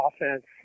offense